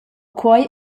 quei